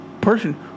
person